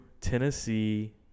Tennessee